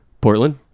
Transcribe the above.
Portland